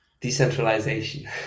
decentralization